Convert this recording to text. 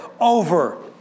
over